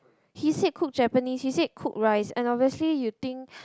he said cook Japanese he said cook rice and obviously you think